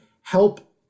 help